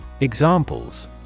Examples